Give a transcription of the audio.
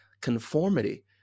conformity